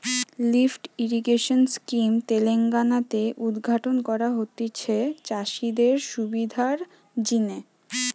lift irrigation scheme Telangana তে উদ্ঘাটন করা হতিছে চাষিদের সুবিধার জিনে